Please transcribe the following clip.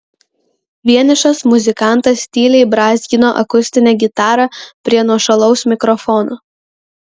vienišas muzikantas tyliai brązgino akustinę gitarą prie nuošalaus mikrofono